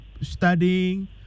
studying